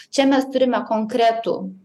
čia mes turime konkretų